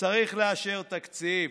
"צריך לאשר תקציב".